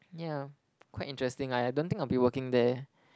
yeah quite interesting lah I don't think I'll be working there